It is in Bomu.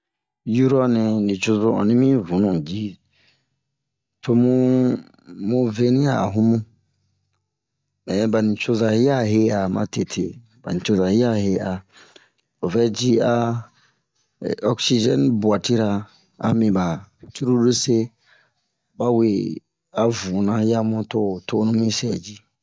yura nɛ nucozo onni mi vunu ji tomu mu veni a hunmu mɛ ɓa nucoza hiya he'a matete ɓa nucoza hiya he'a o vɛ a oksizɛne buwatira ami ɓa curulu se aba we a vunna yi amu to ho tonu mi sɛ ji